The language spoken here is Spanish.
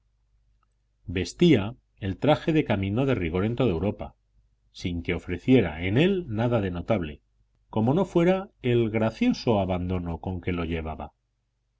vestía el traje de camino de rigor en toda europa sin que ofreciera en él nada de notable como no fuera el gracioso abandono con que lo llevaba